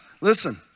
listen